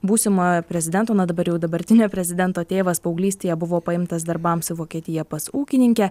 būsimo prezidento na dabar jau dabartinio prezidento tėvas paauglystėje buvo paimtas darbams į vokietiją pas ūkininkę